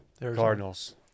Cardinals